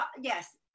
yes